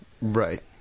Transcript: right